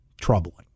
troubling